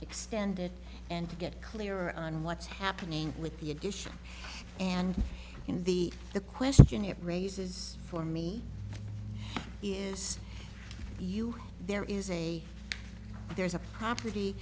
extend it and to get clearer on what's happening with the addition and in the the question it raises for me is you there is a there's a property